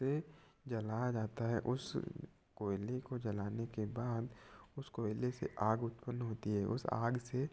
उसे जलाया जाता है उस कोयले को जलाने के बाद उस कोयले से आग उत्पन्न होती है उस आग से